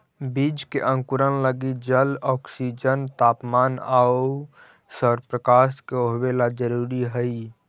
बीज के अंकुरण लगी जल, ऑक्सीजन, तापमान आउ सौरप्रकाश के होवेला जरूरी हइ